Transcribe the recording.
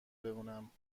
بمونم